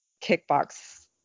kickbox